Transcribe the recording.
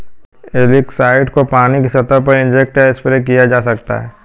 algicides को पानी की सतह पर इंजेक्ट या स्प्रे किया जा सकता है